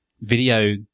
video